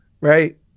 right